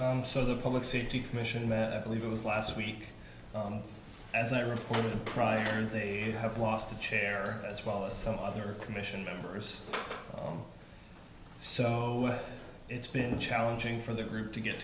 later so the public safety commission that believe it was last week as i reported prior they have lost the chair as well as some other commission members so it's been challenging for the group to get